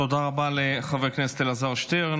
תודה רבה לחבר הכנסת אלעזר שטרן.